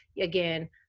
again